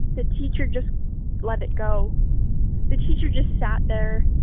the teacher just let it go the teacher just sat there